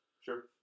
Sure